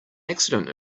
accident